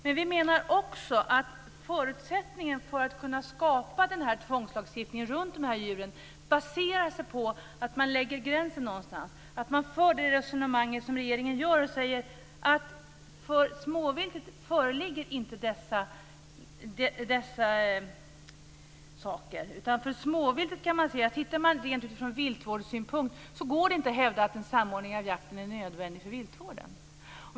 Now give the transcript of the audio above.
Men vi menar också att förutsättningen för att kunna skapa denna tvångslagstiftning runt dessa djur baserar sig på att man lägger gränsen någonstans, att man för det resonemang som regeringen gör och säger att för småvilt föreligger inte denna situation. För småviltet kan man se att det utifrån ren viltvårdssynpunkt inte går att hävda att en samordning av jakten är nödvändig för viltvården.